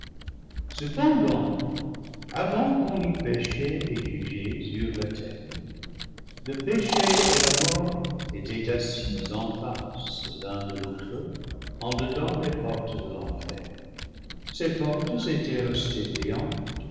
cependant avant qu'on eût péché et jugé sur la terre le péché et la mort étaient assis en face l'un de l'autre en dedans des portes de l'enfer ces portes étaient restées béantes